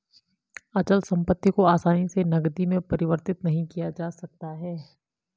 अचल संपत्ति को आसानी से नगदी में परिवर्तित नहीं किया जा सकता है